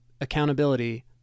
accountability